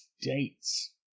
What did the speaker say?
States